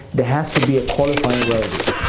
there has to be a qualifying relative.